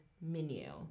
menu